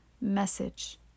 Message